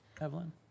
Evelyn